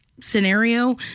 scenario